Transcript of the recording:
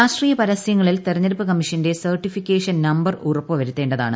രാഷ്ട്രീയ പരസ്യങ്ങളിൽ തിരഞ്ഞെടുപ്പ് കമ്മിഷന്റെ സർട്ടിഫിക്കേഷൻ നമ്പർ ഉറപ്പുവരുത്തേണ്ടതാണ്